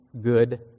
good